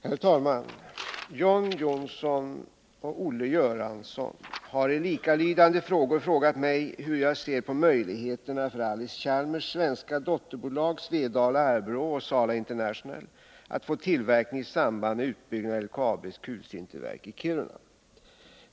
Herr talman! John Johnsson och Olle Göransson har i likalydande frågor frågat mig hur jag ser på möjligheterna för Allis-Chalmers svenska dotterbolag, Svedala-Arbrå och Sala International, att få tillverkning i samband med utbyggnaden av LKAB:s kulsinterverk i Kiruna.